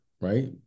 right